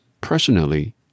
personally